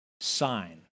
sign